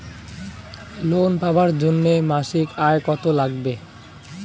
Loan পাবার জন্যে মাসিক আয় কতো লাগবে?